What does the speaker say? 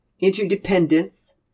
interdependence